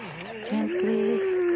gently